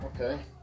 Okay